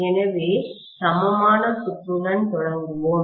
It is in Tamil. எனவே சமமான சுற்றுடன் தொடங்குவோம்